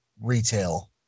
retail